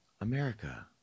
America